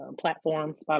platforms